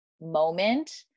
moment